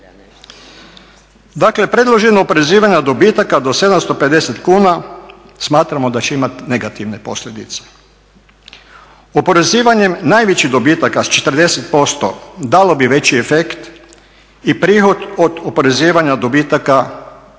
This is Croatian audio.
Dakle, predloženo oporezivanje dobitaka do 750 kuna smatramo da će imati negativne posljedice. Oporezivanjem najvećih dobitaka s 40% dalo bi veći efekt i prihod od oporezivanja dobitaka